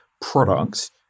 products